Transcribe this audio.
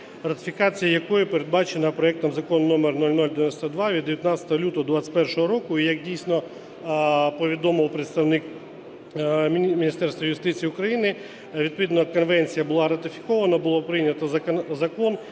ратифікація якої передбачена проектом Закону 0092 від (19 лютого 2021 року). І як дійсно повідомив представник Міністерства юстиції України, відповідно конвенція була ратифікована, було прийнято закон